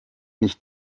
nicht